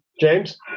James